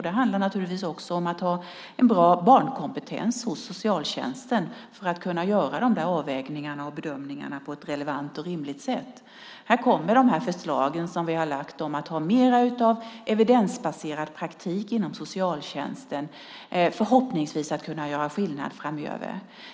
Det handlar naturligtvis också om att ha en bra barnkompetens hos socialtjänsten för att göra dessa avvägningar och bedömningar på ett relevant och rimligt sätt. Här kommer de förslag som vi har lagt fram om att ha mer av evidensbaserad praktik inom socialtjänsten förhoppningsvis att göra skillnad framöver.